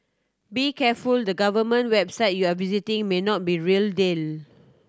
be careful the government website you are visiting may not be real deal